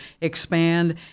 expand